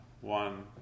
one